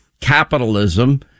capitalism